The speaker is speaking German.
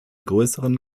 größeren